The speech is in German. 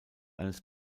eines